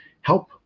help